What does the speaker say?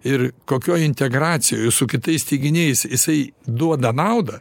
ir kokioj integracijoj su kitais teiginiais jisai duoda naudą